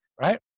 right